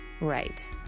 Right